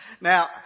Now